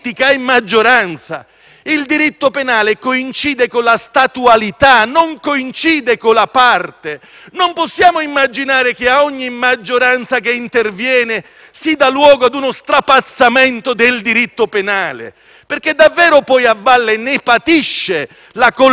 Il diritto penale coincide con la statualità, non coincide con la parte. Non possiamo immaginare che a ogni maggioranza che interviene si dia luogo a uno strapazzamento del diritto penale, perché davvero poi, a valle, ne patiscono la collettività e l'economia.